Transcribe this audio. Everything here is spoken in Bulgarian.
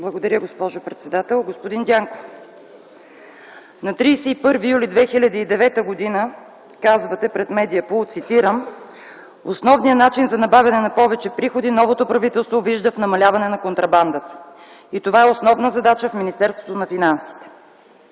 Благодаря, госпожо председател. Господин Дянков, на 31 юли 2009 г. казвате пред Mediapool, цитирам: „Основният начин за набавяне на повече приходи новото правителство вижда в намаляване на контрабандата и това е основна задача в Министерството на финансите.”